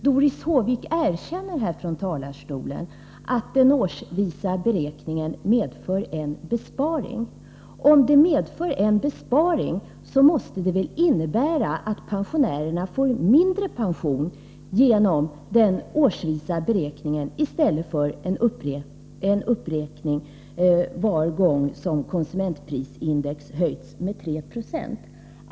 Doris Håvik erkände från talarstolen att den årsvisa beräkningen medför en besparing. Det måste väl innebära att pensionärerna får mindre pension genom att man övergår till årsvis beräkning i stället för en uppräkning var gång konsumentsprisindex höjs med 3 Ze.